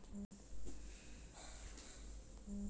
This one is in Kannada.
ಸಲ್ಲಿಸು ಕ್ಲಿಕ್ ಮಾಡಿದ ನಂತರ, ಗ್ರಾಹಕರು ಅಧಿಸೂಚನೆಯನ್ನು ಪಡೆಯುತ್ತಾರೆ